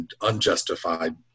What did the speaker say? unjustified